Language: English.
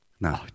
No